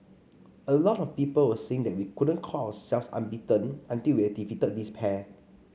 a lot of people were saying that we couldn't call ourselves unbeaten until we had defeated this pair